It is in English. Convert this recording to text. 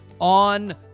on